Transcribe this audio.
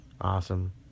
awesome